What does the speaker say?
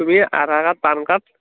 তুমি Aadhaar card PAN card